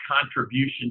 contribution